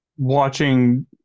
Watching